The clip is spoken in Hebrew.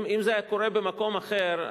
אם זה היה קורה במקום אחר,